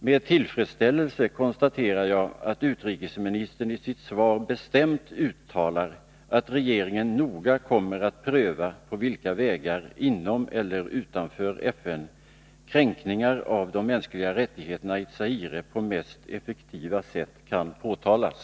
Med tillfredsställelse konstaterar jag att utrikesministern i sitt svar bestämt uttalar att regeringen noga kommer att pröva på vilka vägar inom eller utanför FN kränkningar av de mänskliga rättigheterna i Zaire på mest effektiva sätt kan påtalas.